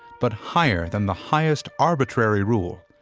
but higher than the highest arbitrary rule,